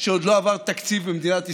שעוד לא עבר תקציב במדינת ישראל.